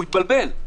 הוא התבלבל.